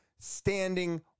standing